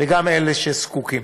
אלה שזקוקים.